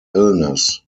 illness